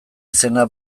izena